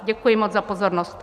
Děkuji moc za pozornost.